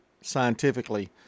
scientifically